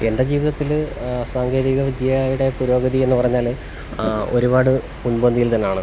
എൻ്റെ ജീവിതത്തിൽ സാങ്കേതികവിദ്യയുടെ പുരോഗതി എന്നുപറഞ്ഞാൽ ഒരുപാട് മുൻപന്തിയിൽ തന്നെയാണ്